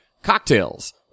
Cocktails